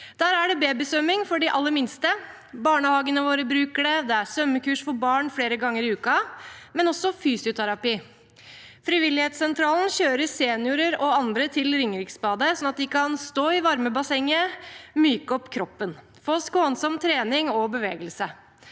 Der er det babysvømming for de aller minste, barnehagene våre bruker badet, og det er svømmekurs for barn flere ganger i uken, men også fysioterapi. Frivillighetssentralen kjører seniorer og andre til Ringeriksbadet, slik at de kan stå i varmebassenget, myke opp kroppen og få skånsom trening og bevegelse.